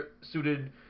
suited